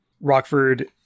Rockford